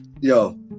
Yo